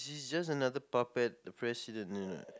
he's just another puppet the president